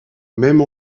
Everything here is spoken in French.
même